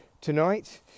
tonight